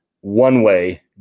one-way